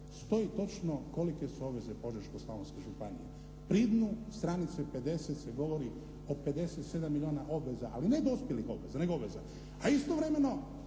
stoji točno kolike su obaveze Požeško-slavonske županije. Pri dnu stranice 50 se govori o 57 milijuna obveza, ali ne dospjelih obveza nego obveza. A istovremeno